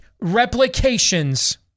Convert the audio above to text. replications